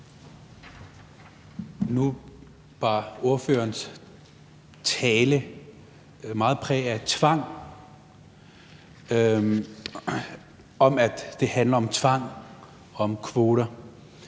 Nu bar ordførerens tale meget præg af tvang og af, at det handler om tvang og kvoter.